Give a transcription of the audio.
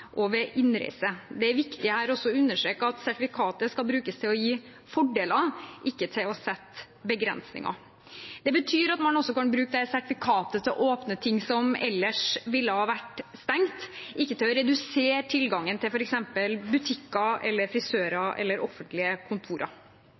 og ved innreise. Det er viktig her å understreke at sertifikatet skal brukes til å gi fordeler, ikke til å sette begrensninger. Det betyr at man også kan bruke dette sertifikatet til å åpne ting som ellers ville ha vært stengt, ikke til å redusere tilgangen til f.eks. butikker, frisører eller